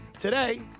today